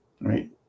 right